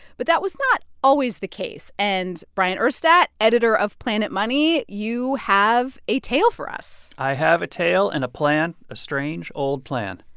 but that was not always the case. and bryant urstadt, editor of planet money, you have a tale for us i have a tale and a plan, a strange, old plan